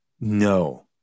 No